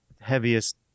heaviest